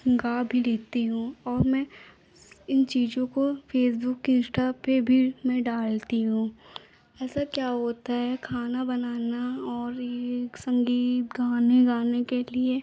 गा भी लेती हूँ और मैं इन चीज़ों को फ़ेसबुक इंश्टा पर भी मैं डालती हूँ ऐसा क्या होता है खाना बनाना और यह संगीत गाने गाने के लिए